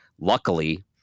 Luckily